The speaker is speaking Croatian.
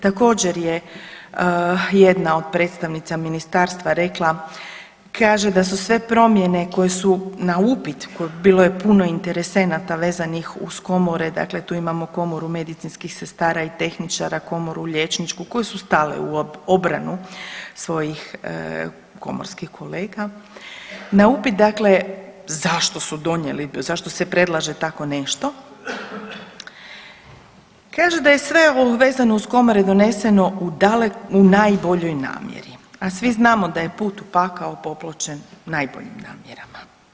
Također je jedna od predstavnica ministarstva rekla, kaže da su sve promjene koje su na upit, bilo je puno interesenata vezanih uz komore, dakle tu imamo komoru medicinskih sestara i tehničara, komoru liječničku koji su stali u obranu svojih komorskih kolega, na upit dakle zašto su donijeli, zašto se predlaže tako nešto kaže da je sve ovo vezano uz komore doneseno u najboljoj namjeri, a svi znamo da je put u pakao popločen najboljim namjerama.